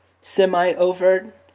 semi-overt